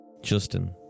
Justin